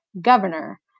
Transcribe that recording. governor